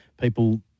People